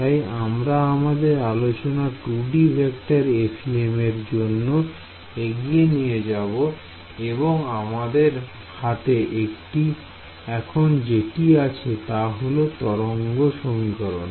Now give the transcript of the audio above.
তাই আমরা আমাদের আলোচনা 2D ভেক্টর FEM এর জন্য এগিয়ে নিয়ে যাবে এবং আমাদের হাতে এখন যেটি আছে তা হল তরঙ্গ সমীকরণ